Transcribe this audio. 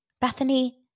Bethany